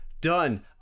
Done